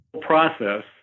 process